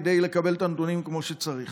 כדי לקבל את הנתונים כמו שצריך.